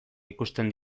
ikusten